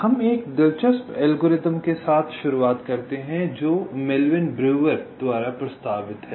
तो हम एक दिलचस्प एल्गोरिथ्म के साथ शुरू करते हैं जो मेल्विन ब्रेउर द्वारा प्रस्तावित है